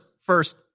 first